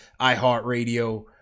iHeartRadio